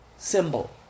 Symbol